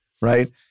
right